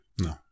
No